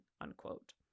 unquote